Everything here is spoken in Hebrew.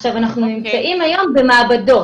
אנחנו נמצאים היום במעבדות,